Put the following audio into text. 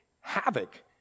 havoc